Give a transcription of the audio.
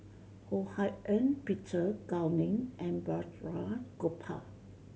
Ho Hak Ean Peter Gao Ning and Balraj Gopal